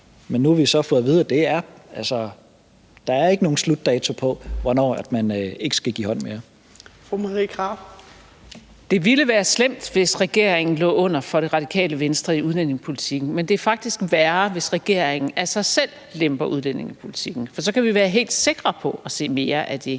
man ikke skal give hånd mere. Kl. 14:50 Fjerde næstformand (Trine Torp): Fru Marie Krarup. Kl. 14:50 Marie Krarup (DF): Det ville være slemt, hvis regeringen lå under for Det Radikale Venstre i udlændingepolitikken, men det er faktisk værre, hvis regeringen af sig selv lemper udlændingepolitikken, for så kan vi være helt sikre på at se mere af det